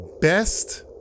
Best